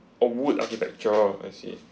oh wood architecture ah I see